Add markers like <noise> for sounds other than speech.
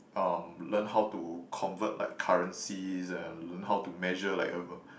um learn how to convert like currencies and learn how to measure like a <noise>